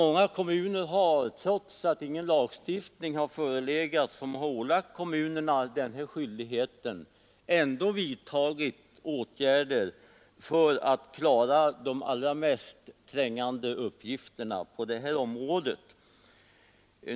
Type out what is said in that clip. Många kommuner har, trots att ingen lagstiftning funnits som ålagt dem det, vidtagit åtgärder för att klara de allra mest trängande uppgifterna på det här området.